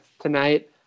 tonight